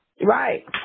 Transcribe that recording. right